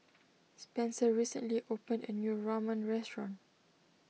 Spencer recently opened a new Ramen restaurant